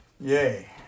Yay